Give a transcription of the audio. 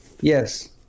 Yes